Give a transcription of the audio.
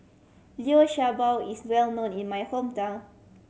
Liu Sha Bao is well known in my hometown